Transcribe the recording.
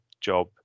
job